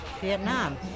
Vietnam